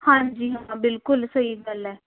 ਹਾਂਜੀ ਹਾਂ ਬਿਲਕੁਲ ਸਹੀ ਗੱਲ ਹੈ